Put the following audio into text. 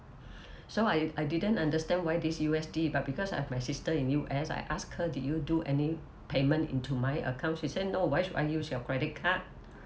so I I didn't understand why this U_S_D but because I have my sister in U_S I ask her did you do any payment into my account she said no why should I use your credit card